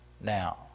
Now